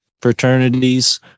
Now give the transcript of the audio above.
fraternities